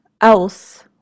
else